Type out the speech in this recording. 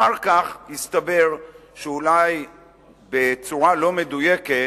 אחר כך הסתבר שאולי בצורה לא מדויקת